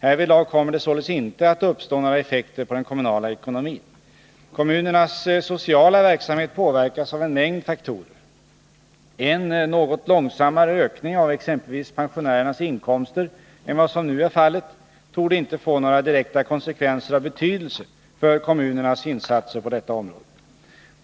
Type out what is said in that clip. Härvidlag kommer det således inte att uppstå några effekter på den kommunala ekonomin. Kommunernas sociala verksamhet påverkas av en mängd faktorer. En något långsammare ökning av exempelvis pensionärernas inkomster än vad som nu är fallet torde inte få några direkta konsekvenser av betydelse för kommunernas insatser på detta område.